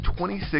26%